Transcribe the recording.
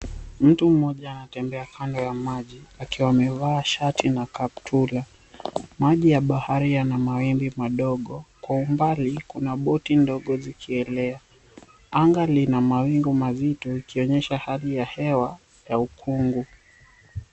Mtu mmoja anatembea kando ya maji akiwa amevaa shati na kaptura. Maji ya bahari yana mawimbi madogo. Kwa umbali kuna boti ndogo zikielea. Anga lina mawingu mazito ikionyesha hali ya hewa ya ukungu.